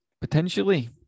potentially